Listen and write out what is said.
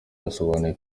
yasobanuye